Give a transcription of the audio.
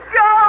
go